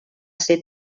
ser